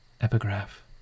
Epigraph